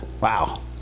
Wow